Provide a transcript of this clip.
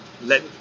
let